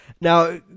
Now